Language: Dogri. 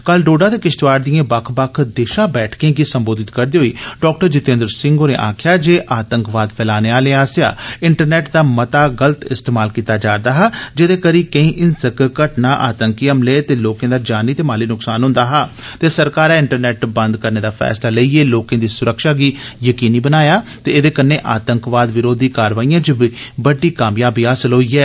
कल डोडा ते किश्तवाड़ दिए बक्ख बक्ख दिशा बैठकें गी संबोधित करदे होई डा जतिंद्र सिंह होरें आक्खेआ ते आतंकवाद फैलाने आलें आस्सेआ इंटरनेट दा मता गलत इस्तेमाल कीता जा'रदा हा जेदे करी केई हिंसक घटनां आतंकी हमले ते लोकें दा जानी ते माली नुकसान होंदा हा ते सरकारै इंटरनेट बंद करने दा फैसला लेइये लोकें दी सुरक्षा गी यकीनी बनाया ते एदे कन्नै आतंकवाद विरोधी कारवाइएं च बी बड्डी कामयाबी हासल होई ऐ